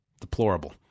deplorable